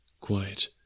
Quiet